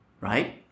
Right